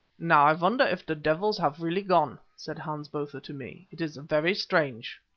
now i wonder if the devils have really gone, said hans botha to me. it is very strange.